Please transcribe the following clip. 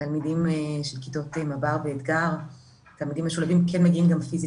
הרשויות המקומיות מסייעות ויש מפגשים